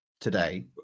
today